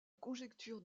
conjecture